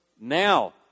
now